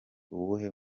uwuhe